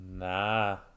Nah